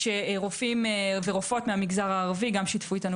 רופאים ורופאות מהמגזר הערבי גם שיתפו אתנו